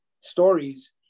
stories